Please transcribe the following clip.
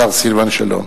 השר סילבן שלום.